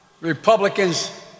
Republicans